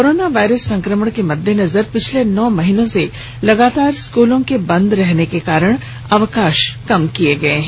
corona virus संकमण के मद्देनजर पिछले नौ माह से लगातार स्कूलों के बंद रहने के कारण अवकाष कम किए गए हैं